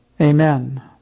amen